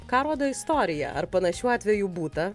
ką rodo istorija ar panašių atvejų būta